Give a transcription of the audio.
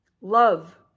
love